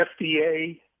FDA